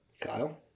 kyle